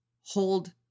hold